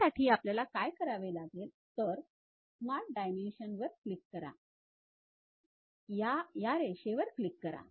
त्यासाठी आपल्याला काय करावे लागेल तर Smart Dimensionवर क्लिक करा या रेषेवर क्लिक करा